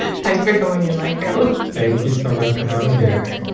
thanks for coming in like oh thank you so much for having me here